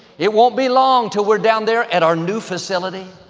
it won't be long till we're down there at our new facility.